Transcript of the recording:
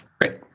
Great